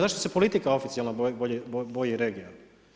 Zašto se politika oficijelna boji regija?